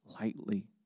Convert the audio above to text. lightly